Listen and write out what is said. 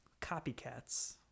copycats